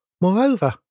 Moreover